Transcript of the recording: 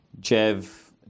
Jev